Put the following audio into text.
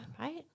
right